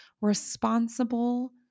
responsible